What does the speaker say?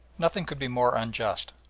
nothing could be more unjust.